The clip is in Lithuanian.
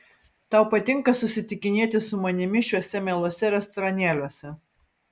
tau patinka susitikinėti su manimi šiuose mieluose restoranėliuose